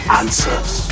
answers